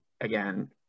again